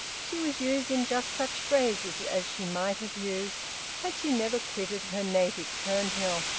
she was using just such phrases as she might have used had she never quitted her native turnhill.